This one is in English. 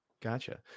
Gotcha